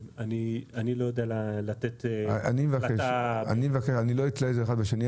אני מבקש ואני לא אתלה את זה אחד בשני,